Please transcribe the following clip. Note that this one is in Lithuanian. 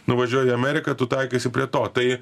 nuvažiuoji į ameriką tu taikaisi prie to tai